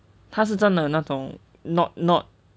他是真的那种 not not